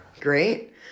Great